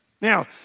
Now